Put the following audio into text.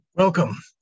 Welcome